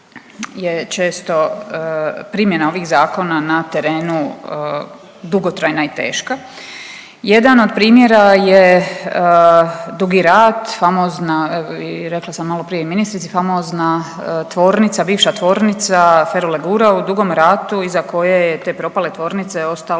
je često primjena ovih zakona na terenu dugotrajna i teška. Jedan od primjera je Dugi Rat, famozna, rekla sam maloprije i ministrici, famozna tvornica, bivša tvornica ferolegura u Dugom Ratu iza koje je te propale tvornice ostala